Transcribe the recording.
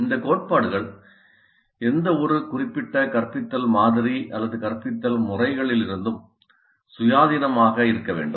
இந்த கோட்பாடுகள் எந்தவொரு குறிப்பிட்ட கற்பித்தல் மாதிரி அல்லது கற்பித்தல் முறையிலிருந்தும் சுயாதீனமாக இருக்க வேண்டும்